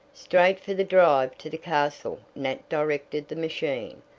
straight for the drive to the castle nat directed the machine,